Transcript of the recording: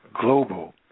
global